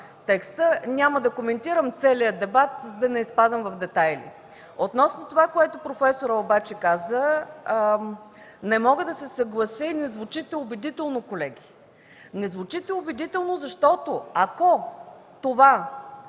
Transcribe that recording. отпадне. Няма да коментирам целия дебат, за да не изпадам в детайли. Относно казаното от професора обаче, не мога да се съглася и не звучите убедително, колеги. Не звучите убедително, защото ако това